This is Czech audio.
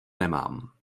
nemám